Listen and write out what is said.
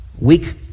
weak